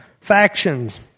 Factions